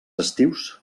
estius